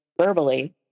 verbally